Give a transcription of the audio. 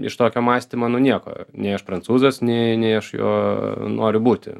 iš tokio mąstymo nu nieko nei aš prancūzas nei nei aš juo noriu būti